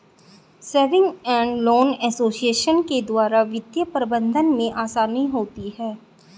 saving and loan association के द्वारा वित्तीय प्रबंधन में आसानी होती है